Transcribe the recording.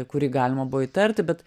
kurį galima buvo įtarti bet